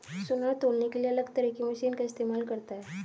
सुनार तौलने के लिए अलग तरह की मशीन का इस्तेमाल करता है